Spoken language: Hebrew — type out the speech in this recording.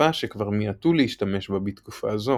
שפה שכבר מיעטו להשתמש בה בתקופה זו.